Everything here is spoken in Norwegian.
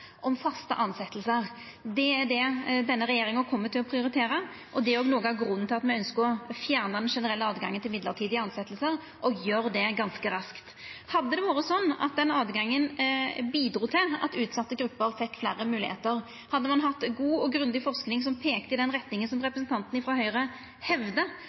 om faste tilsetjingar. Det er det denne regjeringa kjem til å prioritera, og det er òg noko av grunnen til at me ønskjer å fjerna den generelle åtgangen til mellombelse tilsetjingar, og gjera det ganske raskt. Hadde det vore sånn at den åtgangen bidrog til at utsette grupper fekk fleire moglegheiter, hadde ein hatt god og grundig forsking som peikte i den retninga som representanten frå Høgre